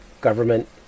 government